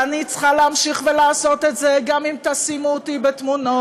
אני צריכה להמשיך ולעשות את זה גם אם תשימו אותי בתמונות